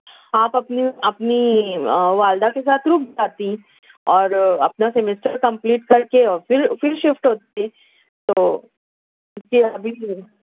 آپ اپنی اپنی والدہ کے ساتھ رک جاتیں اور اپنا سیمیسٹر کمپلیٹ کر کے اور پھر پھر شفٹ ہوتیں تو اس کے بعد ہی